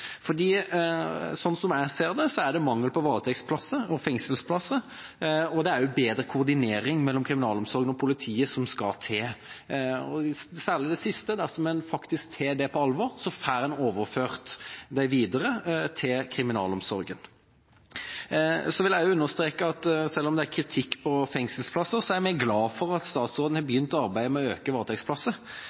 Sånn jeg ser det, er det mangel på varetektsplasser og fengselsplasser, og det er også bedre koordinering mellom kriminalomsorgen og politiet som skal til – særlig det siste. Dersom en faktisk tar det på alvor, får en overført dem videre til kriminalomsorgen. Jeg vil også understreke at selv om det er kritikk med tanke på fengselsplasser, er vi glad for at statsråden har begynt arbeidet med å øke varetektsplasser.